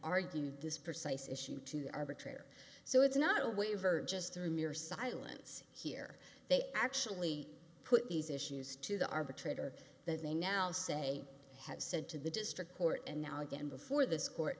argued this precise issue to the arbitrator so it's not a waiver just through mere silence here they actually put these issues to the arbitrator that they now say have said to the district court and now again before this court